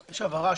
הבהרה,